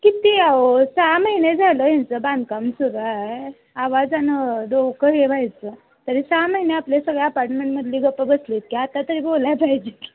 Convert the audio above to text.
किती अहो सहा महिने झालं ह्यांचं बांधकाम सुरू आहे आवाजानं डोकं हे व्हायचं तरी सहा महिने आपले सगळे अपार्टमेंटमधली गप्प बसले आहेत की आता तरी बोलाय पाहिजे की